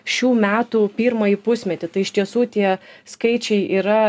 šių metų pirmąjį pusmetį tai iš tiesų tie skaičiai yra